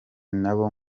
nabo